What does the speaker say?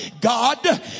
God